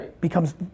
becomes